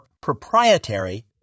proprietary